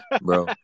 Bro